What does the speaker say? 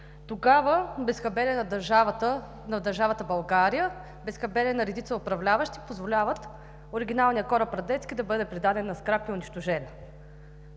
Тогава безхаберието на държавата България, безхаберието на редица управляващи позволяват оригиналният кораб „Радецки“ да бъде предаден на скрап и унищожен.